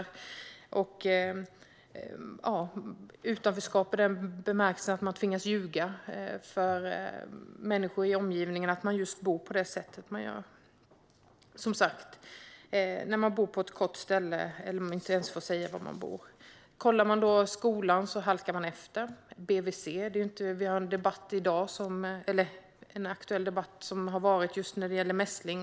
De hamnar i ett utanförskap i den bemärkelsen att de tvingas att ljuga om sitt boende för människor i omgivningen. Dessa barn kan bo kortvarigt på ett ställe och kanske inte ens får berätta var man bor. De halkar efter i skolan. Det har förts en aktuell debatt om mässling.